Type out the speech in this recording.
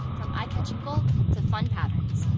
from eye-catching gold to fun patterns.